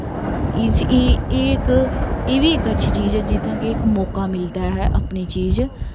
एह् इब्भी इक अच्छी चीज़ ऐ जित्थे कि इक मौका मिलदा ऐ अपनी चीज़